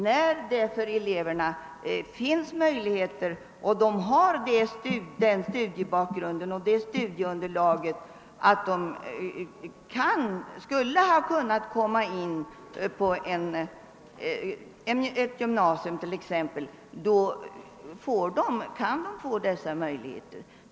När eleverna har sådan studiebakgrund och studieunderlag att de skulle ha kunnat komma in på ett gymnasium t.ex., har de möjlighet att få studiemedel.